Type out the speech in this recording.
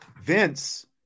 Vince